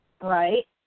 Right